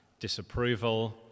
disapproval